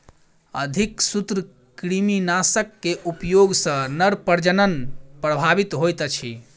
अधिक सूत्रकृमिनाशक के उपयोग सॅ नर प्रजनन प्रभावित होइत अछि